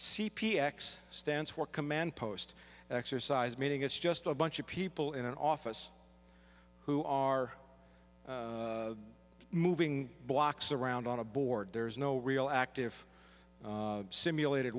c p x stands for command post exercise meaning it's just a bunch of people in an office who are moving blocks around on a board there is no real active simulated